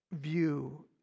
view